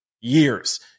years